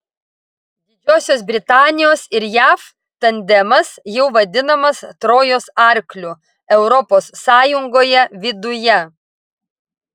didžiosios britanijos ir jav tandemas jau vadinamas trojos arkliu europos sąjungoje viduje